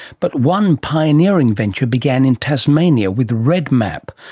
but one pioneering venture began in tasmania with redmap,